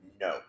No